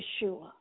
Yeshua